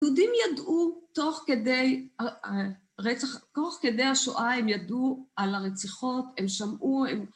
יהודים ידעו תוך כדי הרצח, תוך כדי השואה הם ידעו על הרציחות, הם שמעו